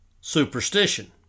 superstition